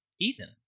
Ethan